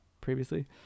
previously